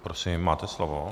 Prosím, máte slovo.